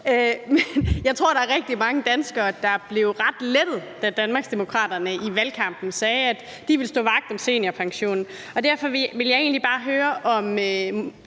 Jeg tror, der var rigtig mange danskere, der blev ret lettet, da Danmarksdemokraterne i valgkampen sagde, at de ville stå vagt om seniorpensionen, og derfor vil jeg egentlig bare høre, om